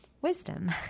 wisdom